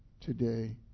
today